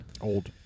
Old